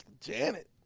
Janet